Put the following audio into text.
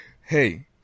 Hey